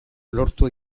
lortu